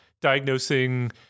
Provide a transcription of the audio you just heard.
Diagnosing